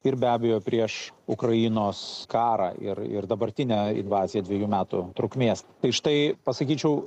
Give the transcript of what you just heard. ir be abejo prieš ukrainos karą ir ir dabartinę invaziją dvejų metų trukmės tai štai pasakyčiau